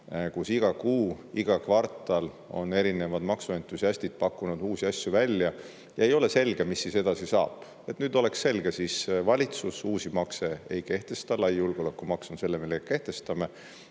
kus iga kuu, iga kvartal on erinevad maksuentusiastid pakkunud uusi asju välja ja ei ole selge, mis siis edasi saab. Et nüüd oleks selge, valitsus uusi makse ei kehtesta. Lai julgeolekumaks on, selle me kehtestame.